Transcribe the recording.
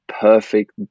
perfect